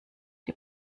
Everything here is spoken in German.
die